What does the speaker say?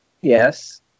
Yes